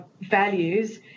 values